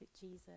Jesus